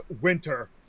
winter